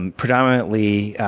and predominantly,